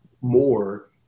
more